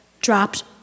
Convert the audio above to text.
dropped